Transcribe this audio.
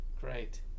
great